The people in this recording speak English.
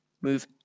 move